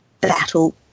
battle